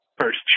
first